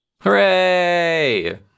Hooray